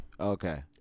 Okay